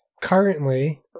Currently